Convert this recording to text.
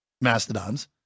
mastodons